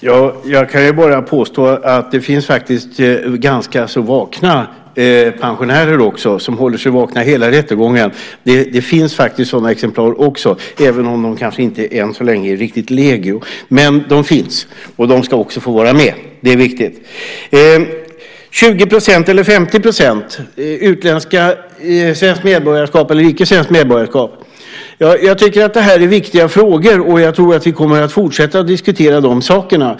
Herr talman! Jag kan bara påstå att det finns ganska vakna pensionärer också, som håller sig vakna hela rättegången. Det finns sådana exemplar också, även om de än så länge inte är legio. Men de finns, och de ska också få vara med. Det är viktigt. 20 % eller 50 %? Svenskt medborgarskap eller icke svenskt medborgarskap? Jag tycker att det här är viktiga frågor, och jag tror att vi kommer att fortsätta att diskutera de sakerna.